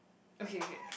okay okay